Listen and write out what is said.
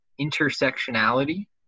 intersectionality